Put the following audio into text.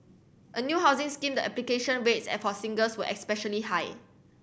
a new housing scheme the application rates for singles were especially high